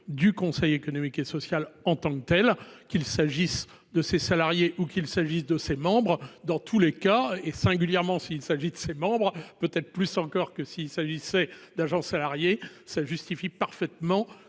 du Conseil économique et social en tant que telle, qu'il s'agisse de ses salariés ou qu'il s'agisse de ses membres dans tous les cas et singulièrement s'il s'agit de ses membres, peut-être plus encore que si il s'agissait d'agents salariés ça justifie parfaitement